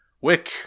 Wick